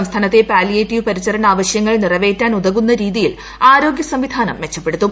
സംസ്ഥാനത്തെ പാലിയേറ്റീവ് പരിചരണ ആവശ്യങ്ങൾ നിറവേറ്റാൻ ഉതകുന്ന രീതിയിൽ ആരോഗ്യ സംവിധാനം മെച്ചപ്പെടുത്തും